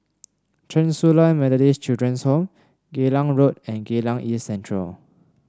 Chen Su Lan Methodist Children's Home Geylang Road and Geylang East Central